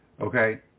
Okay